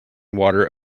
water